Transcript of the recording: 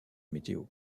météo